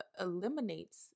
eliminates